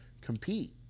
compete